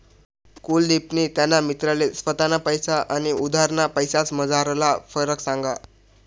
कुलदिपनी त्याना मित्रले स्वताना पैसा आनी उधारना पैसासमझारला फरक सांगा